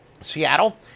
Seattle